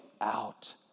out